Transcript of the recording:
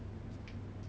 podium